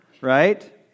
right